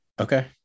okay